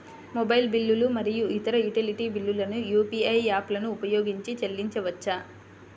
mobile బిల్లులు మరియు ఇతర యుటిలిటీ బిల్లులను యూ.పీ.ఐ యాప్లను ఉపయోగించి చెల్లించవచ్చు